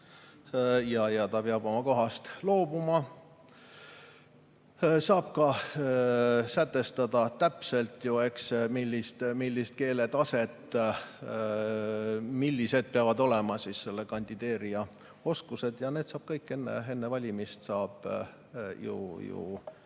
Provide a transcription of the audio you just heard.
ja ta peab oma kohast loobuma. Saab ka sätestada täpselt, millist keeletaset [nõutakse], millised peavad olema selle kandideerija oskused. Need saab kõik enne valimist ju